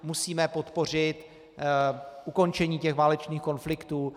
Musíme podpořit ukončení válečných konfliktů.